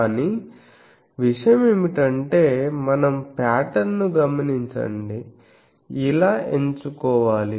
కానీ విషయం ఏమిటంటే మనం పాటర్న్ ను గమనించండి ఇలా ఎంచుకోవాలి